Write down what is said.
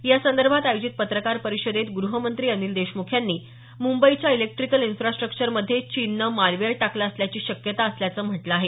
यासंदर्भात आयोजित पत्रकार परिषदेत गृहमंत्री अनिल देशमुख यांनी मुंबईच्या ईलेक्ट्रीकल इन्फ्रास्ट्रक्चरमध्ये चीननं मालवेअर टाकला असल्याची शक्यता असल्याचं म्हटलं आहे